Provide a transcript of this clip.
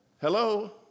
Hello